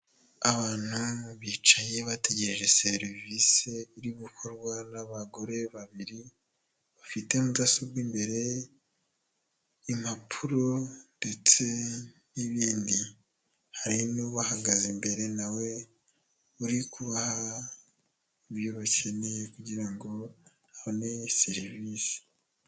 Abantu bicaye bategereje serivise iri gukorwa n'abagore babiri, bafite mudasobwa imbere, impapuro ndetse n'ibindi, hari n'ubahagaze imbere na we uri kubaha ibyo bakeneye kugira ngo babone serivise.